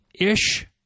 ish